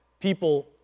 People